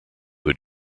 had